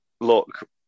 look